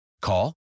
Call